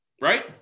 Right